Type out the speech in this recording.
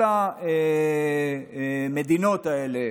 המדינות האלה,